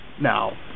Now